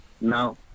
Now